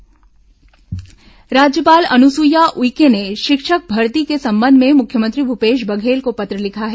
राज्यपाल शिक्षक भर्ती पत्र राज्यपाल अनुसुईया उइके ने शिक्षक भर्ती के संबंध में मुख्यमंत्री भूपेश बघेल को पत्र लिखा है